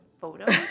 photos